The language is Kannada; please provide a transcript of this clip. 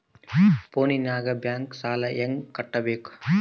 ಫೋನಿನಾಗ ಬ್ಯಾಂಕ್ ಸಾಲ ಹೆಂಗ ಕಟ್ಟಬೇಕು?